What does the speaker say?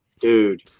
Dude